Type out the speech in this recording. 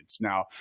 Now